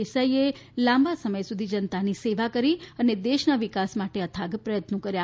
દેસાઇએ લાંબા સમય સુધી જનતાની સેવા કરી અને દેશના વિકાસ માટે અથાગ પ્રથત્ન કર્યા